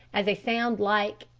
as a sound like,